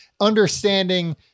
Understanding